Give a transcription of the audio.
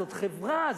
זאת חברה,